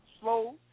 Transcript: slow